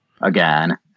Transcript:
again